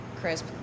crisp